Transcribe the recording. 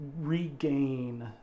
regain